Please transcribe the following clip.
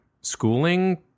schooling